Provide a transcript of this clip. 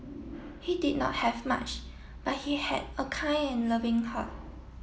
he did not have much but he had a kind and loving heart